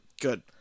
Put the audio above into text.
Good